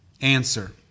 Answer